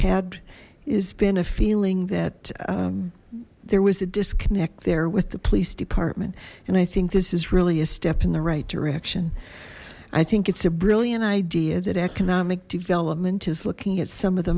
had has been a feeling that there was a disconnect there with the police department and i think this is really a step in the right direction i think it's a brilliant idea that economic development is looking at some of the